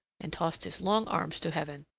and tossed his long arms to heaven.